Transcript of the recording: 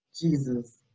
Jesus